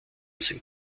sind